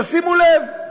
תשימו לב,